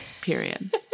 period